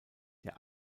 der